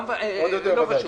גם לא חשוב,